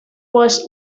was